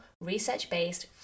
research-based